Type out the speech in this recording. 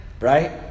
Right